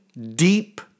deep